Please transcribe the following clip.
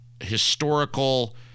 historical